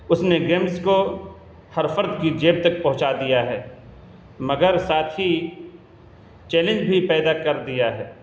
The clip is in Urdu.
اس نے گیمز کو ہر فرد کی جیب تک پہنچا دیا ہے مگر ساتھ ہی چیلنج بھی پیدا کر دیا ہے